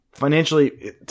Financially